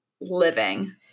living